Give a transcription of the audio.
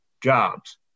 jobs